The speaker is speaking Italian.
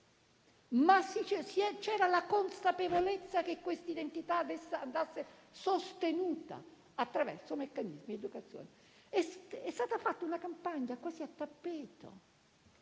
ma vi era la consapevolezza che questa identità dovesse essere sostenuta attraverso meccanismi di educazione. È stata fatta una campagna quasi a tappeto